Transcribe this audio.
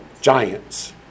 Giants